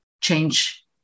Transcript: change